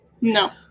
no